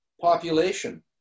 Population